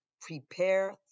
prepare